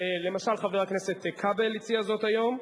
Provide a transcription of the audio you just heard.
למשל חבר הכנסת כבל הציע זאת היום,